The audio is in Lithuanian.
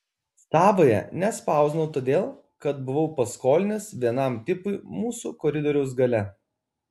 savąja nespausdinau todėl kad buvau paskolinęs vienam tipui mūsų koridoriaus gale